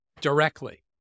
directly